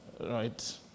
Right